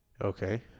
Okay